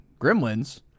Gremlins